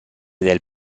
del